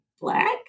black